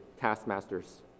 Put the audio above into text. taskmasters